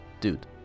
dude